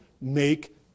make